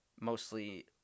mostly